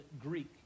Greek